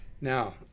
Now